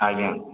ଆଜ୍ଞା